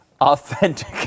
authentic